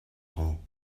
hole